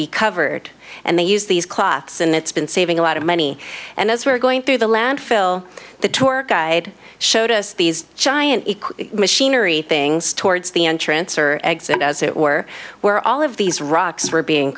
be covered and they use these cloths and it's been saving a lot of money and as we're going through the landfill the tour guide showed us these giant machinery things towards the entrance or exit as it were where all of these rocks were being